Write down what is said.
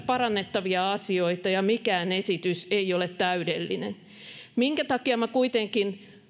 parannettavia asioita ja mikään esitys ei ole täydellinen syy siihen minkä takia minä kuitenkin